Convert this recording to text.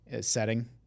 setting